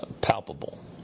palpable